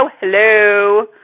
hello